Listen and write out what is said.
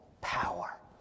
power